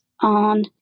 on